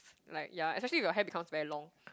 like ya especially if your hair becomes very long